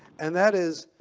and that is,